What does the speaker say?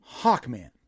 Hawkman